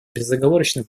безоговорочно